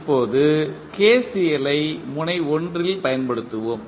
இப்போது KCL ஐ முனை 1 இல் பயன்படுத்துவோம்